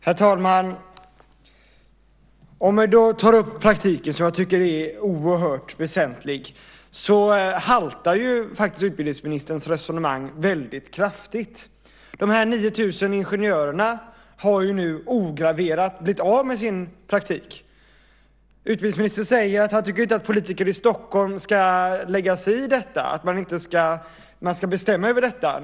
Herr talman! När det gäller praktiken, som jag tycker är oerhört väsentlig, haltar faktiskt utbildningsministerns resonemang väldigt kraftigt. Dessa 9 000 ingenjörer har ju nu ograverat blivit av med sin praktik. Utbildningsministern tycker inte att politiker i Stockholm ska lägga sig i och bestämma över detta.